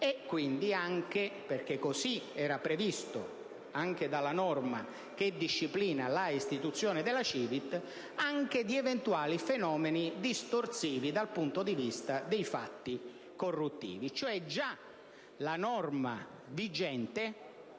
e, quindi, perché così era previsto anche dalla norma che disciplina la istituzione della CiVIT, occuparsi anche di eventuali fenomeni distorsivi dal punto di vista dei fatti corruttivi. Già la norma vigente